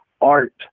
art